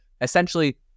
essentially